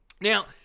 Now